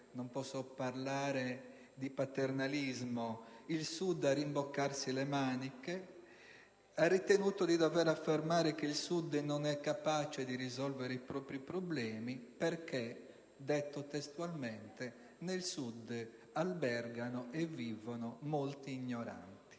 non posso parlare di paternalismo - il Sud a rimboccarsi le maniche; ha ritenuto di dover affermare che il Sud non è capace di risolvere i propri problemi perché, è stato detto testualmente, «nel Sud albergano e vivono molti ignoranti».Ma